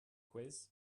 quiz